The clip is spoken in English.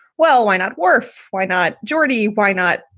well, why not work? why not? jordi why not?